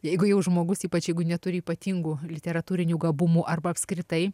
jeigu jau žmogus ypač jeigu neturi ypatingų literatūrinių gabumų arba apskritai